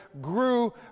grew